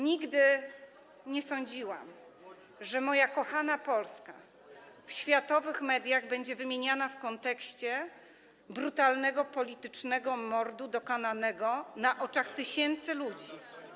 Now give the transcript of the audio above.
Nigdy nie sądziłam, że moja kochana Polska w światowych mediach wymieniana będzie w kontekście brutalnego politycznego mordu dokonanego na oczach tysięcy ludzi.